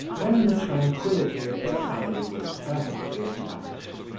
when the tranquility of their family was perfectly established,